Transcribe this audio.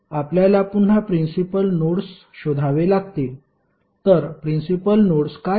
आपल्याला पुन्हा principal nodes शोधावे लागतील तर प्रिन्सिपल नोड्स काय आहेत